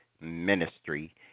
Ministry